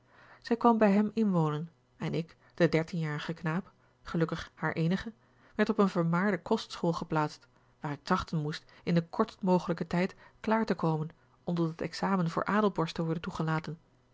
zij kwam bij hem inwonen en ik de dertienjarige knaap gelukkig haar eenige werd op een vermaarde kostschool geplaatst waar ik trachten moest in den kortst mogeljken tijd klaar te komen om tot het examen voor adelborst te worden toegelaten